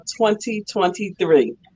2023